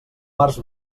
març